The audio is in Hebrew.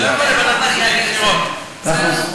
אתה לא יכול לוועדת משנה, מאה אחוז.